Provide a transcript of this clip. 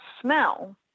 smell